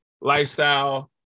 lifestyle